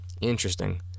interesting